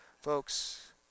Folks